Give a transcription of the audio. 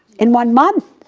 in one month.